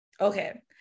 Okay